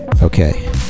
Okay